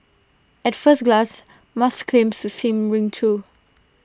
at first glance Musk's claims to seems ring true